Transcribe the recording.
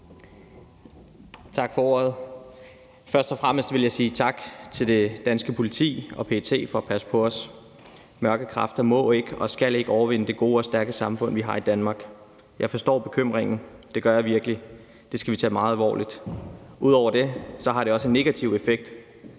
Tak for ordet. Først og fremmest vil jeg sige tak til det danske politi og PET for at passe på os. Mørke kræfter må ikke og skal ikke overvinde det gode og stærke samfund, vi har i Danmark. Jeg forstår bekymringen, det gør jeg virkelig. Vi skal tage det meget alvorligt. Ud over det har det også en negativ effekt